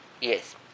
Yes